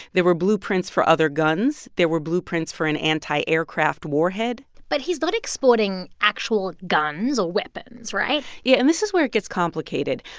there were blueprints for other guns. there were blueprints for an anti-aircraft warhead but he's not exporting actual guns or weapons, right? yeah. and this is where it gets complicated.